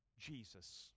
jesus